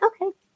Okay